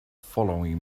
following